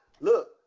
look